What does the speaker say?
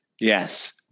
Yes